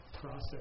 process